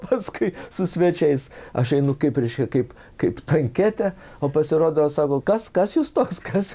pats kai su svečiais aš einu kaip reiškia kaip kaip tanketė o pasirodo sako kas kas jūs toks kas